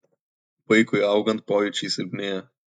vaikui augant pojūčiai silpnėja